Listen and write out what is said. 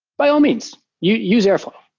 by all means, use airflow.